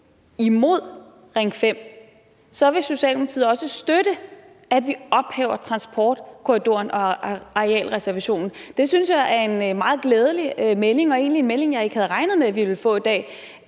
imod Ring 5, vil Socialdemokratiet også støtte, at vi ophæver transportkorridorarealreservationen. Det synes jeg er en meget glædelig melding og egentlig en melding, jeg ikke havde regnet med at ville få i dag,